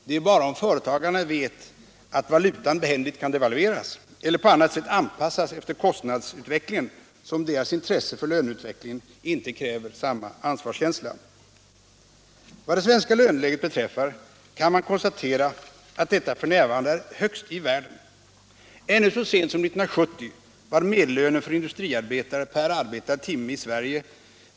Det är bara om företagarna vet att valutan behändigt kan devalveras eller på annat sätt anpassas efter kostnadsutvecklingen som deras intresse för löneutvecklingen inte kräver samma ansvarskänsla. Vad det svenska löneläget beträffar kan man konstatera att detta f. n. är högst i världen. Ännu så sent som 1970 var medellönen för industriarbetare per arbetad timme i Sverige kr.